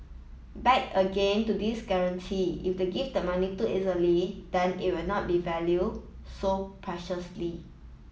back again to this guarantee if they give the money too easily then it will not be valued so preciously